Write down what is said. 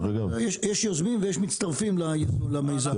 יש יוזמים ויש מצטרפים למיזם.